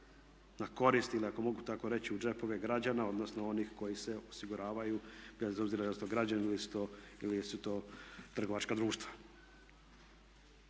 na korist ili ako mogu tako reći u džepove građana odnosno onih koji se osiguravaju bez obzira jesu li to građani ili su to trgovačka društva.